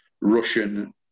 Russian